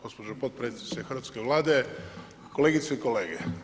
Gospođo potpredsjednice hrvatske Vlade, kolegice i kolege.